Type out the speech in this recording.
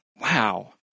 wow